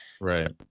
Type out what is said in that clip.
Right